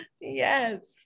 Yes